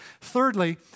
Thirdly